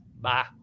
Bye